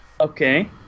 Okay